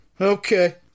Okay